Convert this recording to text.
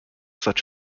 such